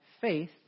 faith